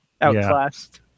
Outclassed